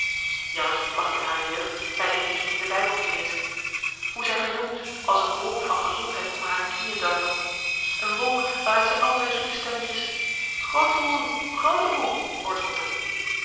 plagt in hare jeugd bij de wieg in den bijbel te lezen hoe zij verjongt als eene wolk van gezondheid om hare knieën dartelt eene wolk waaruit zij allerlei zoete stemmetjes grootemoê grootemoê hoort roepen